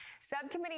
Subcommittee